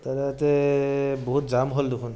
দাদা ইয়াতে বহুত জাম হ'ল দেখোন